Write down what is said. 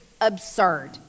absurd